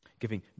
giving